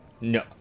No